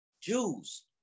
Jews